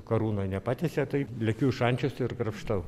karūna nepatiesia tai lekiu į šančiuose ir krapštau